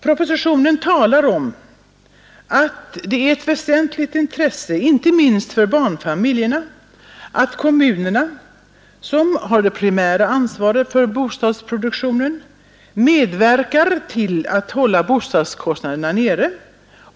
Propositionen talar om att det är ett väsentligt intresse, inte minst för barnfamiljerna, att kommunerna, som har det primära ansvaret för bostadsproduktionen, medverkar till att hålla bostadskostnaderna nere.